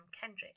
Kendrick